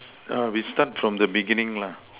we start from the beginning